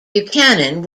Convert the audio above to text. buchanan